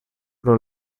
pro